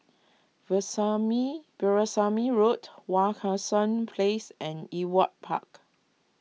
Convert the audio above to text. Veerasamy Road Wak Hassan Place and Ewart Park